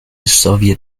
soviet